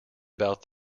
about